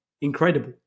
Incredible